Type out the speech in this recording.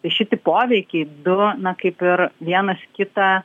tai šiti poveikiai du na kaip ir vienas kitą